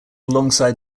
alongside